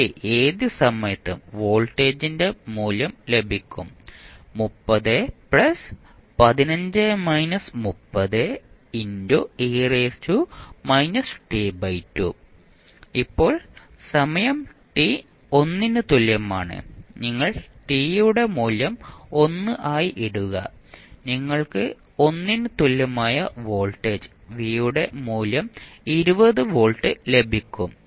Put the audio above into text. നിങ്ങൾക്ക് ഏത് സമയത്തും വോൾട്ടേജിന്റെ മൂല്യം ലഭിക്കും ഇപ്പോൾ സമയം ടി 1 ന് തുല്യമാണ് നിങ്ങൾ ടി യുടെ മൂല്യം 1 ആയി ഇടുക നിങ്ങൾക്ക് 1 ന് തുല്യമായ വോൾട്ടേജ് v യുടെ മൂല്യം 20 വോൾട്ട് ലഭിക്കും